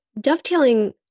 Dovetailing